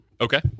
Okay